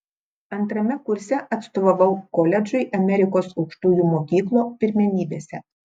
antrame kurse atstovavau koledžui amerikos aukštųjų mokyklų pirmenybėse